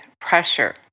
pressure